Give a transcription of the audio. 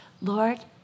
Lord